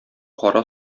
кара